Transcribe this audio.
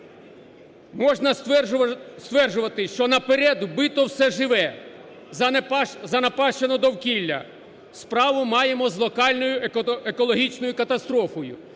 Можна стверджувати, що наперед вбито все живе, занапащено довкілля, справу маємо з локальною екологічною катастрофою.